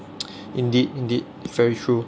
indeed indeed very true